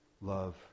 love